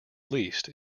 least